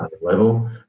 level